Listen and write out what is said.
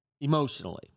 emotionally